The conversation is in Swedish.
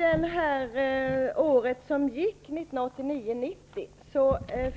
Fru talman! I boken Året som gick 1989/90, som är